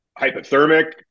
hypothermic